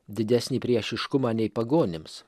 didesnį priešiškumą nei pagonims